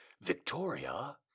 Victoria